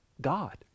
God